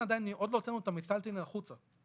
עוד לא הוצאנו את המיטלטלין החוצה.